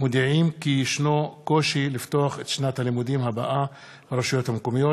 מודיעים כי יש קושי לפתוח את שנת הלימודים הבאה ברשויות המקומיות.